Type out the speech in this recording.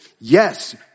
Yes